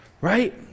Right